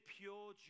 pure